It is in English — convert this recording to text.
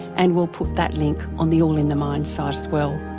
and we'll put that link on the all in the mind site as well.